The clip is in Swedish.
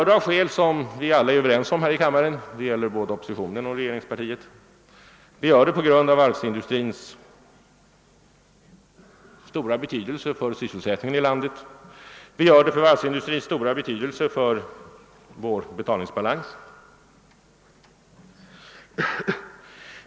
Detta ansvar beror av varvsindustrins stora betydelse för sysselsättningen i landet och för vår betalningsbalans.